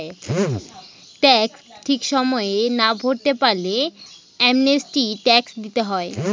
tax ঠিক সময়ে না ভরতে পারলে অ্যামনেস্টি ট্যাক্স দিতে হয়